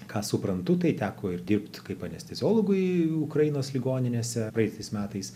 ką suprantu tai teko ir dirbt kaip anesteziologui ukrainos ligoninėse paeitais metais